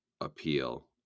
appeal